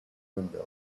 window